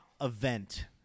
event